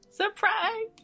Surprise